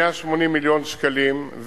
180 מיליון שקלים,